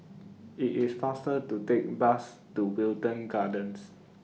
IT IS faster to Take The Bus to Wilton Gardens